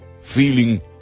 feeling